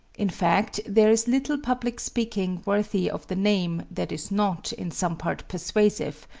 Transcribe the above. in fact, there is little public speaking worthy of the name that is not in some part persuasive,